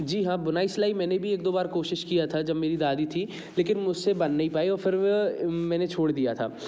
जी हाँ बुनाई सिलाई मैंने भी एक दो बार कोशिश किया था जब मेरी दादी थी लेकिन मुझसे बन नहीं पाई फिर वे मैंने छोड़ दिया था